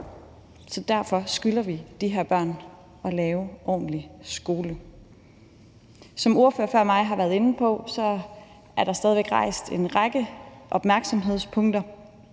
Derfor skylder vi de her børn at lave en ordentlig skole. Som ordførere før mig har været inde på, er der stadig væk blevet rejst en række opmærksomhedspunkter.